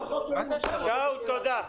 שאול, תודה.